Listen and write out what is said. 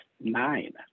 nine